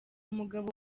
umugabo